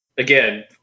Again